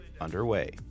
underway